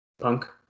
Punk